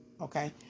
okay